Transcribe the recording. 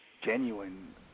genuine